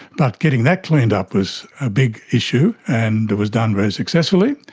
but getting that cleaned up was a big issue, and it was done very successfully.